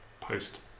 post